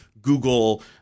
Google